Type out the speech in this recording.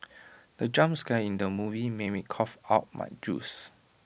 the jump scare in the film made me cough out my juice